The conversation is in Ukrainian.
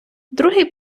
другий